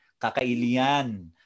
kakailian